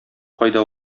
кайда